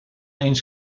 eens